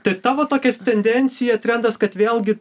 tai tavo tokias tendencija trendas kad vėlgi